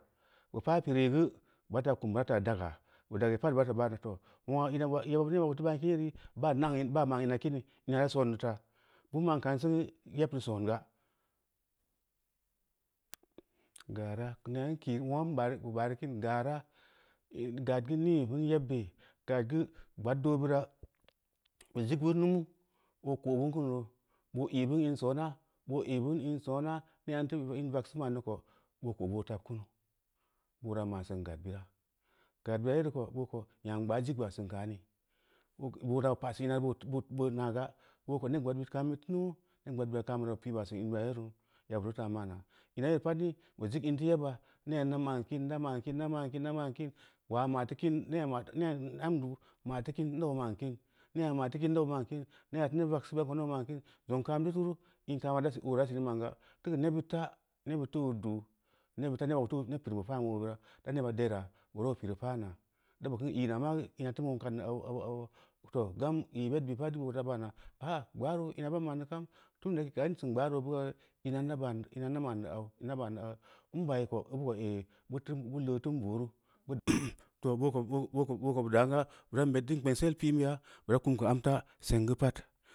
Bu paa pireui geu bura faa kum bura faa daga, bu dagau pad bura faa baa na too, nuungn ma yebbai i feu bam kin yereu, baa ma’n m̄ai kimi, m̄a reu soon neu taa bi ma’n kam singu, yebbi son ga, gara gara, keu neena n kireu n baareu bu baareu kin gara, gad geu nii bin yebbi gadgeu gbaad doobira, bu zig bin mumu boo ko, bin kunneu, boo ī vin in soona boo ī’ bin in soona, nea n teu in vegseu ma’n neu ko boo ko’ boo tab kunu, boora bu ma’ sin gaɗ bita, gad bira gereu ko boo ko nyam gbaa zig baa sin kaani, boora ba pason ina boora ga, boo ko neb gbaad kaam bid tumu, neb gbaad bira kambira bu pē’ bua sin in bira yero ya bura faa ma’naa, ma yee pad ni bu zig in teu yebba nea n da man kin, n da ma’kin, n da ma’kim, maa ma’ teu kim, nea ambe ma teu kim, nau ma’ kim, nea ma’ teu kim nau ma’n kim, nea neb vegseu beya nau ma’n kin, zong kam teu tura in kabira oo da sina ma’nga teu keu nebbid ta nebbid teu oo duu, nebbid fa, neb pireu ba pa’n oo bira, da neb bira deera nureu pireu paana, deu kan ī’ na maagu in a teu ma’n kin neu au, au au, foo daa ī’ bad bui pad geu boo ra bana aa gbaaro ina baa ma’nneu kam funda n sin gbaaro geu ina n teu ma’n neu au, ina n teu ma’n neu au, na ban ao, n baī ko ba baa ehh, bu leu teu booru, too boo ko bu dam ga buran beddin kpengsil pin beya buru kum keu anta seng gey pad.